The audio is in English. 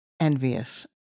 envious